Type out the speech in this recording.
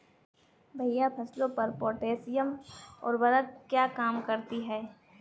भैया फसलों पर पोटैशियम उर्वरक क्या काम करती है?